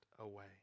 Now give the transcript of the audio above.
away